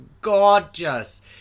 gorgeous